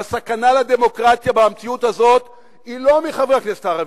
והסכנה לדמוקרטיה במציאות הזאת היא לא מחברי הכנסת הערבים,